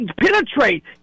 penetrate